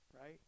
right